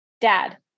Dad